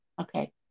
Okay